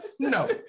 No